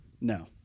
No